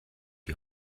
die